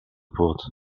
płot